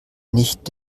nicht